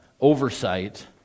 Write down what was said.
oversight